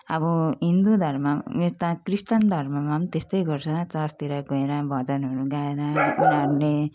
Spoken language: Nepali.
अब हिन्दू धर्ममा यता क्रिस्चियन धर्ममा पनि त्यस्तै गर्छ चर्चतिर गएर भजनहरू गाएर उनीहरूले